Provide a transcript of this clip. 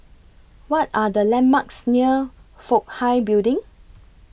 What Are The landmarks near Fook Hai Building